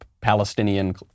Palestinian